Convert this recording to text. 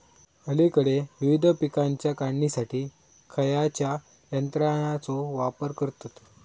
अलीकडे विविध पीकांच्या काढणीसाठी खयाच्या यंत्राचो वापर करतत?